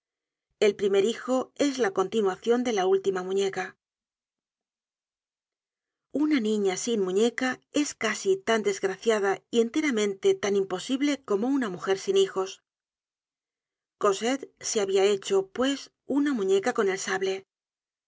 el primer hijo es la continuacion de la última muñeca una niña sin muñeca es casi tan desgraciada y enteramente tan imposible como una mujer sin hijos cosette se habia hecho pues una muñeca